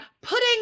putting